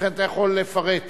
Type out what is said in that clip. לכן, אתה יכול לפרט מעל.